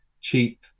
cheap